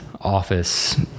office